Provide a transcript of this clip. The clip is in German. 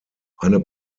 eine